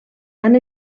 han